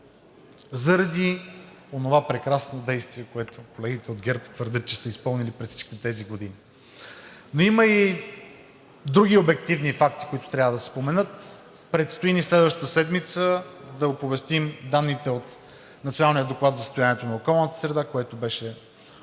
заради онова прекрасно действие, което колегите от ГЕРБ твърдят, че са изпълнили през всичките тези години. Има и други обективни факти, които трябва да се споменат. Следващата седмица ни предстои да оповестим данните от Националния доклад за състоянието на околната среда, което